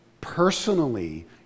personally